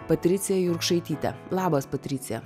patricija jurkšaityte labas patricija